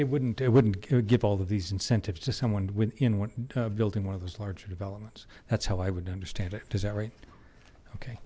it wouldn't it wouldn't give all of these incentives to someone within when building one of those larger developments that's how i would understand it does that right okay